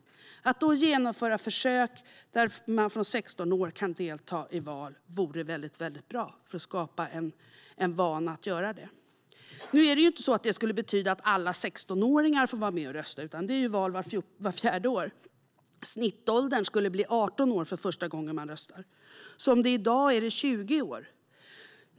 Att då genomföra försök där man från 16 år kan delta i val vore väldigt bra för att skapa en vana att göra det. Nu skulle inte det betyda att alla 16-åringar får vara med och rösta, utan det är val vart fjärde år. Snittåldern skulle bli 18 år för första gången man röstar. Som det är i dag är det 20 år.